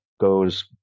goes